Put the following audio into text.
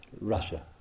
Russia